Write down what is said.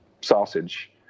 sausage